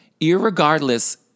irregardless